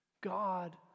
God